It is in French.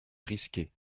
risqué